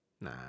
Nah